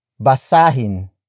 basahin